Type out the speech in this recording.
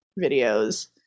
videos